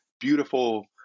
beautiful